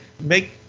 make